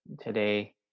today